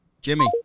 Jimmy